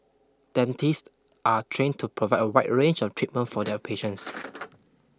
dentists are trained to provide a wide range of treatment for their patients